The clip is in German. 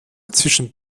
zwischen